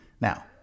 now